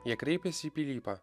jie kreipėsi į pilypą